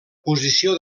posició